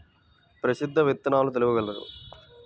ప్రసిద్ధ విత్తనాలు తెలుపగలరు?